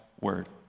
word